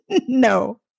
No